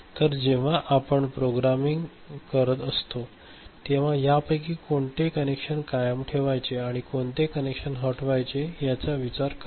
तर जेव्हा आपण प्रोग्रामिंग करत असतो तेव्हा यापैकी कोणते कनेक्शन कायम ठेवायचे आणि कोणते कनेक्शन हटवायचे याचा विचार करतो